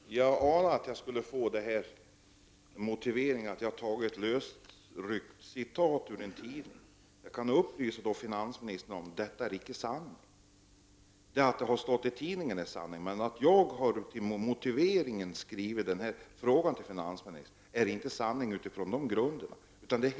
Herr talman! Jag anade att jag skulle få höra att jag tagit ett lösryckt citat ur en tidning. Jag kan då upplysa finansministern om att detta inte är sanningen. Att det stått i tidningen är sant, men däremot är motiveringen för min fråga en annan.